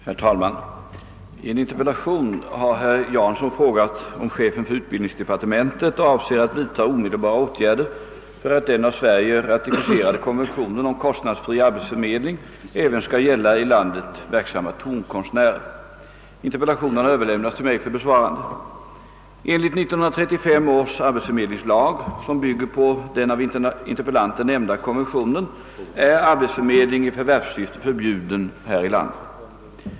Herr talman! I en interpellation har herr Jansson frågat om chefen för utbildningsdepartementet avser att vidta omedelbara åtgärder för att den av Sverige ratificerade konventionen om kostnadsfri arbetsförmedling även skall gälla i landet verksamma tonkonstnärer. Interpellationen har överlämnats till mig för besvarande. Enligt 1935 års arbetsförmedlingslag, som bygger på den av interpellanten nämnda konventionen, är arbetsförmedling i förvärvssyfte förbjuden här i landet.